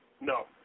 No